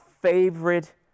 favorite